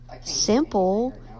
simple